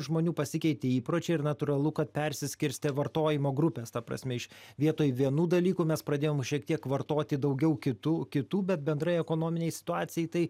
žmonių pasikeitė įpročiai ir natūralu kad persiskirstė vartojimo grupės ta prasme iš vietoj vienų dalykų mes pradėjom šiek tiek vartoti daugiau kitų kitų bet bendrai ekonominei situacijai tai